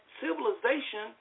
civilization